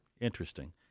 interesting